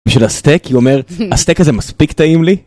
‫בשביל הסטייק, היא אומרת, ‫הסטייק הזה מספיק טעים לי.